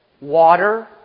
water